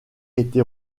été